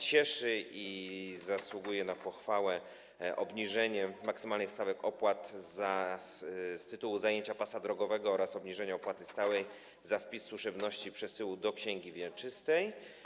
Cieszy i zasługuje na pochwałę obniżenie maksymalnych stawek opłat z tytułu zajęcia pasa drogowego oraz obniżenie opłaty stałej za wpis służebności przesyłu do księgi wieczystej.